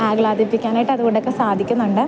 ആഹ്ളാദിപ്പിക്കാനായിട്ട് ആതുകൊണ്ടൊക്കെ സാധിക്കുന്നുണ്ട്